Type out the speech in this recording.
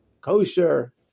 kosher